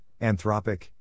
Anthropic